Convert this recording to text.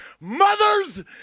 mothers